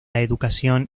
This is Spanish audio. educación